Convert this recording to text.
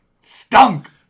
stunk